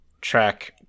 track